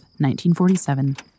1947